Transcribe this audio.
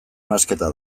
nahasketa